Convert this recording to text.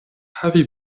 havi